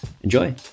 Enjoy